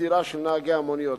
הסדירה של נהגי המוניות.